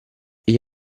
gli